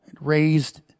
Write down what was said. raised